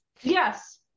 yes